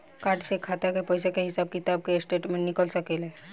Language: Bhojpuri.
कार्ड से खाता के पइसा के हिसाब किताब के स्टेटमेंट निकल सकेलऽ?